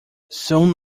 soon